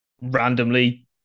randomly